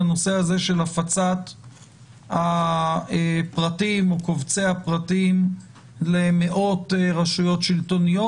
לנושא הזה של הפצת הפרטים או קובצי הפרטים למאות רשויות שלטוניות,